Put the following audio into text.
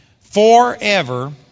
forever